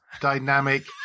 dynamic